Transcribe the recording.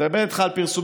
אני מדבר איתך על פרסומים,